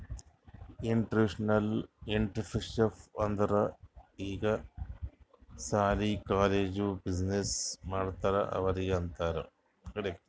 institutional intrapreneurship ಅಂದುರ್ ಈಗ ಸಾಲಿ, ಕಾಲೇಜ್ದು ಬಿಸಿನ್ನೆಸ್ ಮಾಡ್ತಾರ ಅವ್ರಿಗ ಅಂತಾರ್